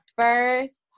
first